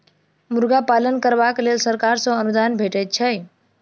मुर्गा पालन करबाक लेल सरकार सॅ अनुदान भेटैत छै